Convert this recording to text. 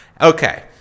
Okay